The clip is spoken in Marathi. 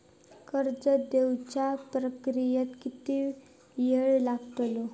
कर्ज देवच्या प्रक्रियेत किती येळ लागतलो?